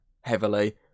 heavily